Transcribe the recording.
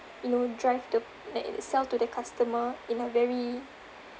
you know drive the like sell to the customer in a very